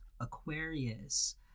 aquarius